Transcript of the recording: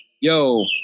yo